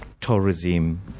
tourism